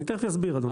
אני תכף אסביר, אדוני.